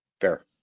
Fair